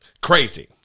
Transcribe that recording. Crazy